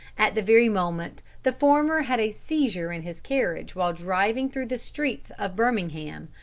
at the very moment, the former had a seizure in his carriage while driving through the streets of birmingham,